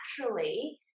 naturally